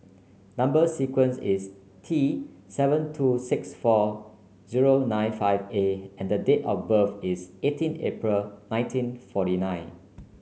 number sequence is T seven two six four zero nine five A and the date of birth is eighteen April nineteen forty nine